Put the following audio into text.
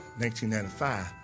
1995